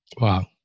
Wow